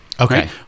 Okay